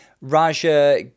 Raja